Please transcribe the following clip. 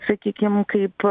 sakykim kaip